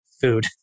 food